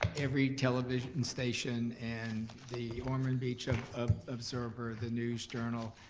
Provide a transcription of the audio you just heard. every television station and the ormond beach ah um observer, the news journal.